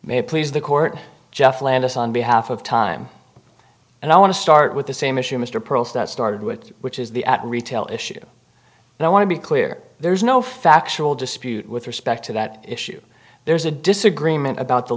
may please the court jeff landis on behalf of time and i want to start with the same issue mr pearl's that started with which is the at retail issue and i want to be clear there's no factual dispute with respect to that issue there's a disagreement about the